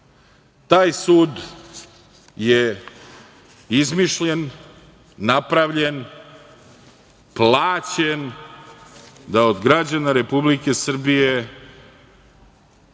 Taj sud je izmišljen, napravljen, plaćen da od građana Republike Srbije